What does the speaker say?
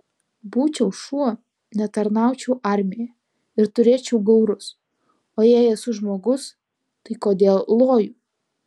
būčiau šuo netarnaučiau armijoje ir turėčiau gaurus o jei esu žmogus tai kodėl loju